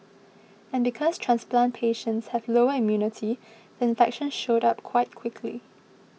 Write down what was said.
and because transplant patients have lower immunity the infection showed up quite quickly